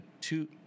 two